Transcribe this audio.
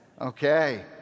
Okay